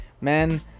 man